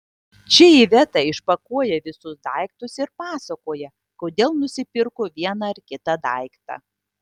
čia iveta išpakuoja visus daiktus ir pasakoja kodėl nusipirko vieną ar kitą daiktą